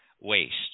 waste